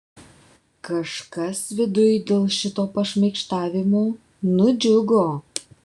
kažkas viduj dėl šito pašmaikštavimo nudžiugo